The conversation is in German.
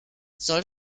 soll